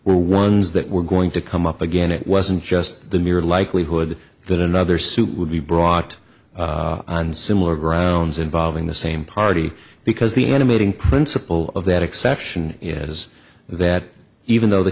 were ones that were going to come up again it wasn't just the mere likelihood that another suit would be brought on similar grounds involving the same party because the animating principle of that exception yet is that even though the